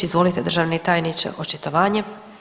Izvolite državni tajniče očitovanje.